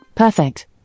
Perfect